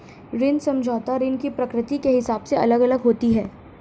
ऋण समझौता ऋण की प्रकृति के हिसाब से अलग अलग होता है